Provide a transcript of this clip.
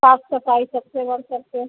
साफ़ सफ़ाई सबसे बढ़कर के